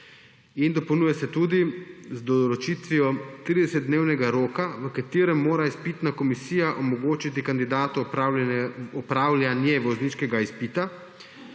Dopolnjuje se tudi z določitvijo 30-dnevnega roka, v katerem mora izpitna komisija omogočiti kandidatu opravljanje vozniškega izpita.